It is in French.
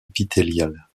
épithéliales